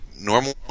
normally